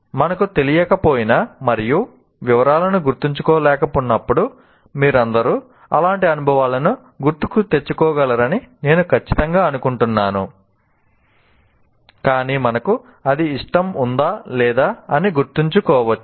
మనకు తెలియకపోయినా మరియు వివరాలను గుర్తుంచుకోలేకపోతున్నప్పుడు మీరందరూ అలాంటి అనుభవాలను గుర్తుకు తెచ్చుకోగలరని నేను ఖచ్చితంగా అనుకుంటున్నాను కాని మనకు అది ఇష్టం ఉందా లేదా అని గుర్తుంచుకోవచ్చు